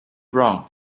wrong